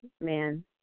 man